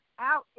out